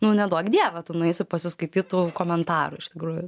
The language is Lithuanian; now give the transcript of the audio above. nu neduok dieve tu nueisi pasiskaityt tų komentarų iš tikrųjų